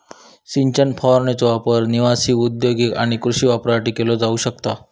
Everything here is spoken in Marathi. सिंचन फवारणीचो वापर निवासी, औद्योगिक आणि कृषी वापरासाठी केलो जाऊ शकता